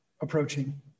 approaching